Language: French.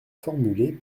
formulées